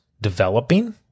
developing